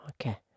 okay